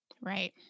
Right